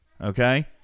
okay